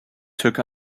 took